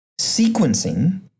Sequencing